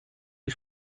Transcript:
die